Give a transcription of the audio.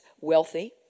wealthy